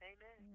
Amen